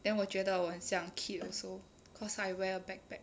then 我觉得我很像 kid also cause I wear a backpack